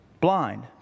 blind